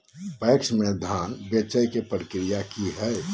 PACS में धाम बेचे के प्रक्रिया की हय?